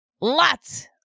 Lots